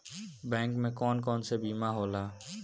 Bank में कौन कौन से बीमा होला?